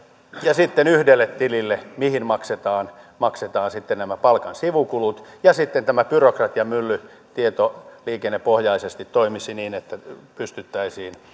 ja sitten yhdelle tilille mihin maksetaan maksetaan nämä palkan sivukulut ja sitten tämä byrokratiamylly tietoliikennepohjaisesti toimisi niin että pystyttäisiin